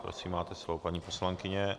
Prosím, máte slovo, paní poslankyně.